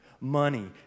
money